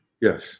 Yes